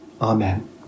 Amen